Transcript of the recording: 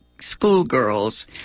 schoolgirls